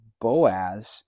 Boaz